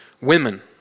women